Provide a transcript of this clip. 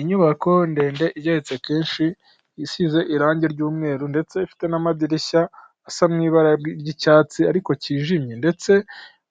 Inyubako ndende igereretse kenshi, isize irangi ry'umweru ndetse ifite n'amadirishya asa mu ibara ry'icyatsi ariko kijimye ndetse